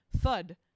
thud